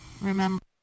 remember